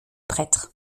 prêtre